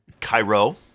Cairo